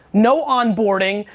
no on-boarding.